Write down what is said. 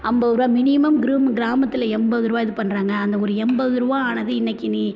ஐம்பதுரூவா மினிமம் குரும் கிராமத்தில் எண்பதுரூவா இது பண்ணுறாங்க அந்த ஒரு எண்பதுரூவா ஆனது இன்றைக்கி நீ